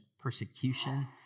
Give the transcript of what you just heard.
persecution